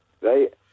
right